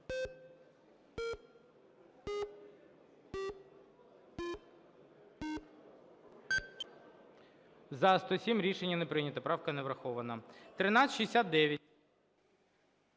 За-107 Рішення не прийнято. Правка не врахована. 1369.